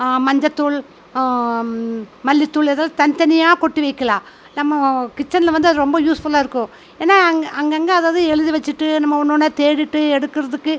மஞ்சத்தூள் மல்லித்தூள் ஏதாவது தனித்தனியாக கொட்டி வைக்கலாம் நம்ம கிச்சனில் வந்து ரொம்ப யூஸ்ஃபுல்லாக இருக்கும் ஏன்னால் அங்கே அங்கங்கே அதுதது எழுதி வச்சுட்டு நம்ம ஒன்று ஒன்றா தேடிகிட்டு எடுக்கிறதுக்கு